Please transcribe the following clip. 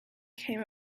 came